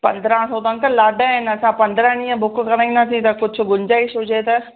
पंदरहां सौ त ॾाढा आहिनि अंकल असां पंदरहां ॾींहं बुक कराईंदासीं त कुझु गुंजाइश हुजे त